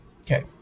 okay